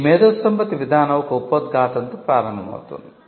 IP విధానం ఒక ఉపోద్ఘాతంతో ప్రారంభమవుతుంది